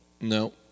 No